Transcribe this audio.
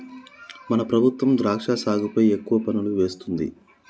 మన ప్రభుత్వం ద్రాక్ష సాగుపై ఎక్కువ పన్నులు వేస్తుంది